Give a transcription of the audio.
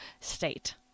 state